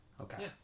okay